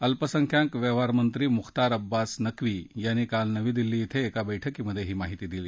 अल्पसंख्याक व्यवहारमंत्री मुख्तार अब्बास नक्वी यांनी काल नवी दिल्ली धिं एका बैठकीत ही माहिती दिली